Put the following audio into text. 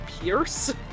pierce